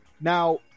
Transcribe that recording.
now